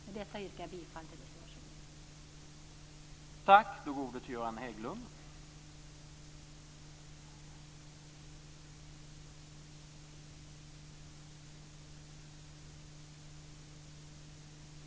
Med detta yrkar jag bifall till reservation 1.